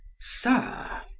Sir